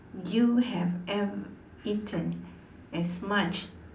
you have ever eaten as much